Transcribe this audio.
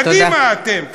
קדימה אתם,